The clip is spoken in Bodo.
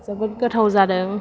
जोबोद गोथाव जादों